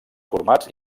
formats